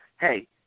hey